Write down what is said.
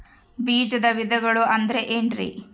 ಬೇಜದ ವಿಧಗಳು ಅಂದ್ರೆ ಏನ್ರಿ?